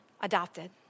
adopted